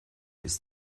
ist